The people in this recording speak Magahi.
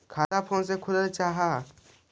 खाता फोन से भी खुल जाहै?